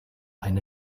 eine